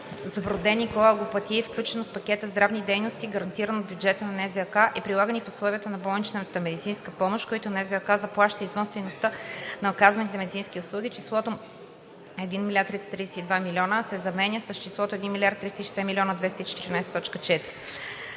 с вродени коагулопатии, включени в пакета здравни дейности, гарантиран от бюджета на НЗОК, и прилагани в условията на болничната медицинска помощ, които НЗОК заплаща извън стойността на оказваните медицински услуги, числото 1 332 000,0“ се заменя с числото „1 360 214,4“;